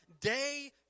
day